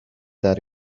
that